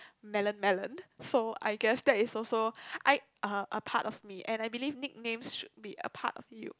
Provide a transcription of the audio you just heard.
melon melon so I guess that is also I a a part of me and I believe nicknames should be a part of you